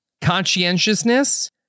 conscientiousness